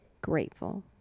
grateful